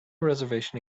reservation